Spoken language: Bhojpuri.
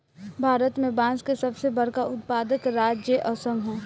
भारत में बांस के सबसे बड़का उत्पादक राज्य असम ह